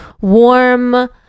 warm